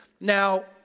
Now